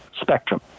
spectrum